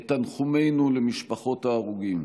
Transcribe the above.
את תנחומינו למשפחות ההרוגים.